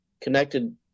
connected